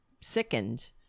sickened